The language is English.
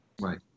Right